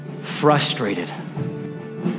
frustrated